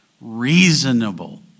reasonable